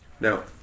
Now